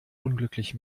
unglücklich